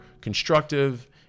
constructive